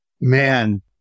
Man